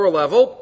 level